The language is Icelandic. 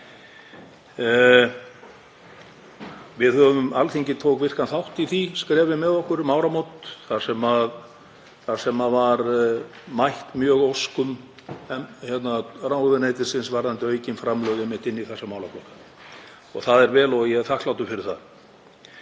hagsbóta. Alþingi tók virkan þátt í því skrefi með okkur um áramót þar sem mjög var mætt óskum ráðuneytisins varðandi aukin framlög inn í þessa málaflokka. Það er vel og ég er þakklátur fyrir það.